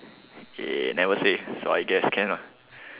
they never say so I guess can ah